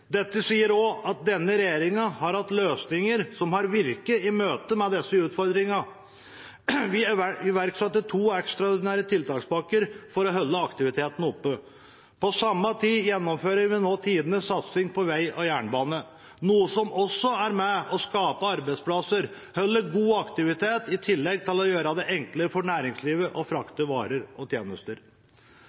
Dette viser at norsk næringsliv er motstandsdyktig og omstillingsvillig. Det sier også at denne regjeringen har hatt løsninger som har virket i møte med utfordringene. Vi iverksatte to ekstraordinære tiltakspakker for å holde aktiviteten oppe. På samme tid gjennomfører vi nå tidenes satsing på vei og jernbane, noe som også er med på å skape arbeidsplasser og holde god aktivitet, i tillegg til å gjøre det enklere for næringslivet å frakte varer og tjenester.